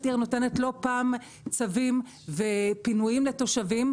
עיר נותנת לא פעם צווים ופינויים לתושבים,